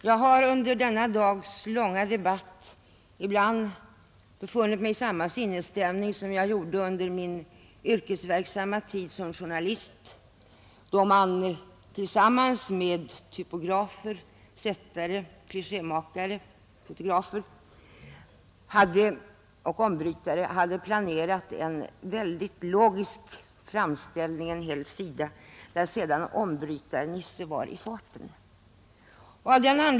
Jag har under denna långa debatt ibland befunnit mig i samma sinnesstämning som jag gjorde under min tid som journalist, när jag tillsammans med typografer, sättare, klichémakare och fotografer hade planerat en logisk framställning av en sida och där sedan ombrytar-Nisse var i farten.